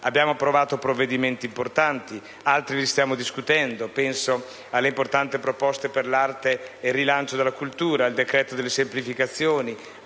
Abbiamo approvato provvedimenti importanti, altri li stiamo discutendo: penso alle importanti proposte per l'arte e il rilancio della cultura, al decreto delle semplificazioni,